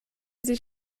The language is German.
sich